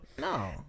no